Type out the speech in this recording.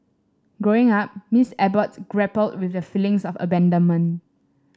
Growing Up Miss Abbott grappled with a feelings of abandonment